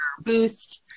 boost